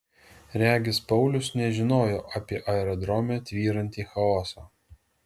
regis paulius nežinojo apie aerodrome tvyrantį chaosą